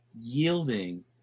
yielding